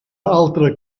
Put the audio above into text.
altra